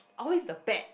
always the bad